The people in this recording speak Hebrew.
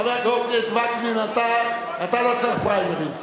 חבר הכנסת וקנין, אתה לא צריך פריימריז.